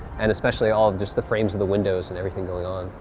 and especially all of just the frames of the windows and everything going on.